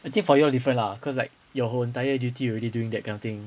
I think for you all different lah cause like your whole entire duty already doing that kind of thing